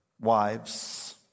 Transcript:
wives